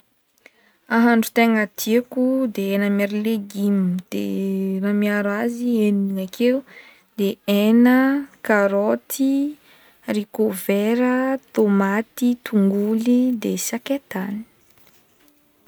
Hahandro tegna tiako de hena miaro leguma de rah miaro azy enina akeo: de hena, karoty, haricovera, tomaty, tongolo, de sakaitany.